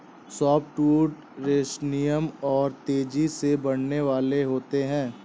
softwood resinous और तेजी से बढ़ने वाले होते हैं